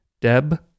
Deb